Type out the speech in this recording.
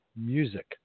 music